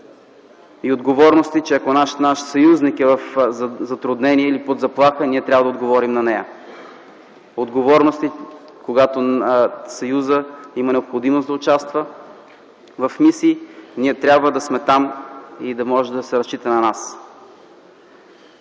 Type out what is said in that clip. и отговорности, че ако наш съюзник е в затруднение или под заплаха, ние трябва да отговорим на нея, че когато Съюзът има необходимост да участва в мисии, ние трябва да сме там и да може да се разчита на нас.